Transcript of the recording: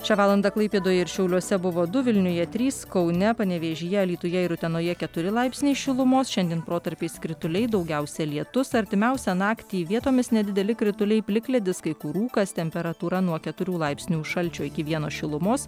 šią valandą klaipėdoje ir šiauliuose buvo du vilniuje trys kaune panevėžyje alytuje ir utenoje keturi laipsniai šilumos šiandien protarpiais krituliai daugiausia lietus artimiausią naktį vietomis nedideli krituliai plikledis kai kur rūkas temperatūra nuo keturių laipsnių šalčio iki vieno šilumos